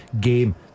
game